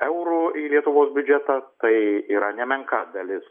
eurų į lietuvos biudžetą tai yra nemenka dalis